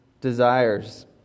desires